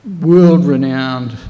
world-renowned